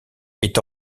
est